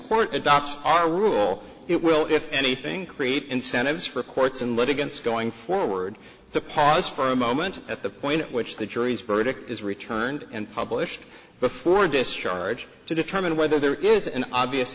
court adopts our rule it will if anything create incentives for courts and litigants going forward to pause for a moment at the point at which the jury's verdict is returned and publish before discharge to determine whether there is an obvious